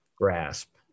grasp